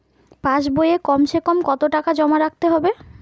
পাশ বইয়ে কমসেকম কত টাকা জমা রাখতে হবে?